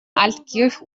altkirch